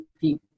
people